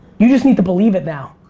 you just need to believe it now.